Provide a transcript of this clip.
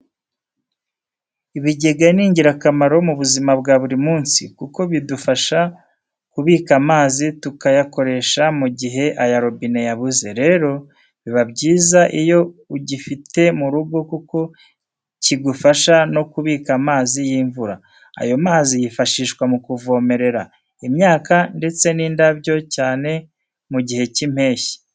Ibigega ni ingirakamaro mu buzima bwa buri munsi, kuko bidufasha kubika amazi tukayakoresha mu gihe aya robine yabuze, rero biba byiza iyo ugifite mu rugo kuko kigufasha no kubika amazi y'imvura. Ayo mazi yifashishwa mukuvomerera imyaka ndetse n'indabyo, cyane mu gihe cy'imbeshyi.